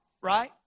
right